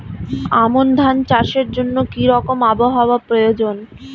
আমন ধান চাষের জন্য কি রকম আবহাওয়া প্রয়োজন?